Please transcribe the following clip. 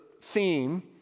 theme